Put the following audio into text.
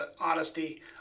honesty